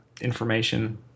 information